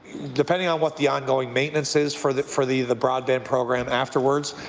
depending on what the ongoing maintenance is for for the the broadband program afterwards,